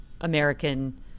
American